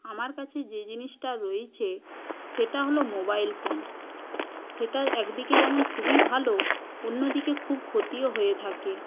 আমার কাছে যে জিনিসটা রয়েছে সেটা হল মোবাইল ফোন সেটা একদিকে যেমন খুবই ভালো অন্যদিকে খুব ক্ষতিও হয়ে থাকে